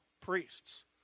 priests